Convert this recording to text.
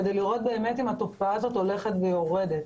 כדי לראות באמת אם התופעה הזאת הולכת ויורדת.